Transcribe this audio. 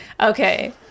okay